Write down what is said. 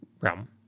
Realm